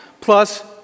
plus